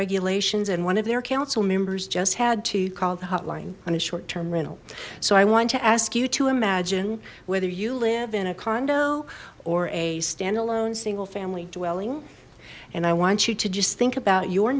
regulations and one of their council members just had to call the hotline on a short term rental so i want to ask you to imagine whether you live in a condo or a standalone single family dwelling and i want you to just think about your